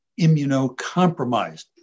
immunocompromised